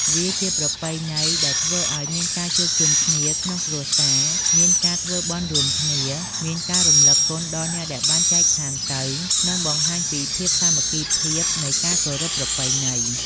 វាជាប្រពៃណីដែលធ្វើឲ្យមានការជួបជំគ្នាក្នុងគ្រួសារ មានការធ្វើបុណ្យរួមគ្នា មានការរំលឹងគុណដល់អ្នកដែលបានចែកថានទៅ និងបង្ហាញពីភាពសាមគ្គីភាពនៃការគោរពប្រពៃណី។